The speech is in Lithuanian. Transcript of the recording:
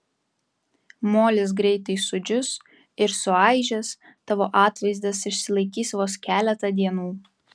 molis greitai sudžius ir suaižęs tavo atvaizdas išsilaikys vos keletą dienų